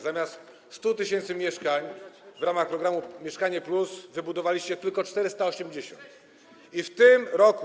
Zamiast 100 tys. mieszkań w ramach programu „Mieszkanie+” wybudowaliście tylko 480, a w tym roku.